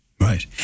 Right